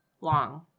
long